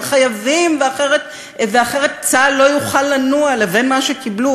חייבים ואחרת צה"ל לא יוכל לנוע לבין מה שקיבלו,